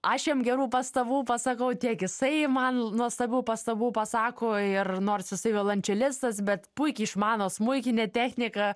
aš jam gerų pastabų pasakau tiek jisai man nuostabių pastabų pasako ir nors jisai violončelistas bet puikiai išmano smuikinę techniką